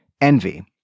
envy